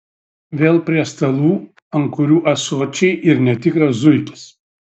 vėl prie stalų ant kurių ąsočiai ir netikras zuikis